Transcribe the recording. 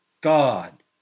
God